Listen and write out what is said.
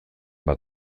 bat